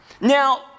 Now